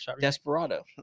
desperado